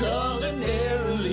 Culinary